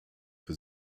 für